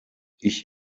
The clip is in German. ich